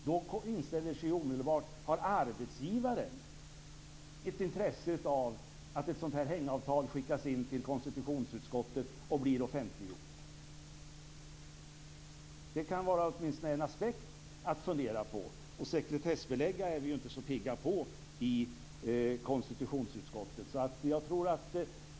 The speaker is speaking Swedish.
Då inställer sig omedelbart frågan: Har arbetsgivaren ett intresse av att ett sådant hängavtal skickas in till konstitutionsutskottet och blir offentliggjort? Det kan vara en aspekt att fundera på. Vi är inte så pigga på att sekretessbelägga i konstitutionsutskottet.